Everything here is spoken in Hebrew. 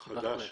החדש.